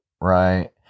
right